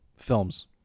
Films